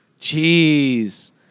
Jeez